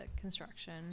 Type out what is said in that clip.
construction